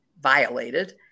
violated